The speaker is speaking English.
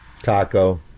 Taco